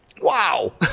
Wow